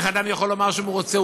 איך אדם יכול לומר שהוא מרוצה?